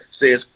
says